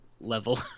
level